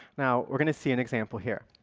now we're going to see an example here.